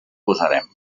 posarem